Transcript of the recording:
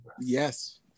Yes